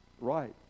right